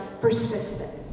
persistent